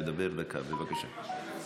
תדבר דקה, בבקשה.